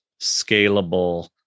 scalable